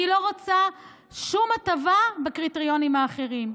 אני לא רוצה שום הטבה בקריטריונים האחרים.